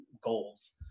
goals